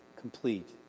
complete